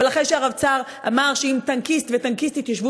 אבל אחרי שהרבצ"ר אמר שאם טנקיסט וטנקיסטית ישבו